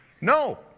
No